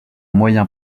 moyen